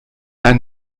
ein